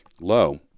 low